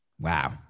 Wow